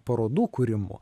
parodų kūrimu